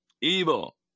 evil